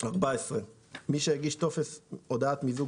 הוראת מעבר 14 מי שהגיש טופס הודעת מיזוג